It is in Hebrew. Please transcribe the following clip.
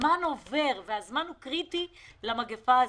הזמן עובר, והזמן הוא קריטי למגפה הזאת.